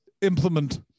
implement